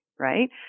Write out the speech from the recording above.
Right